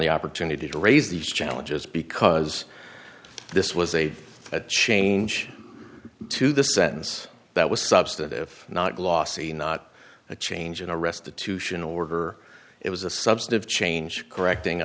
the opportunity to raise these challenges because this was a change to the sentence that was substantive not glossy not a change in a restitution order it was a subset of change correcting